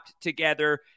together